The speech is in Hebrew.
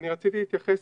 אני רציתי להתייחס,